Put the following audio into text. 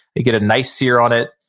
they get a nice sear on it.